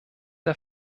der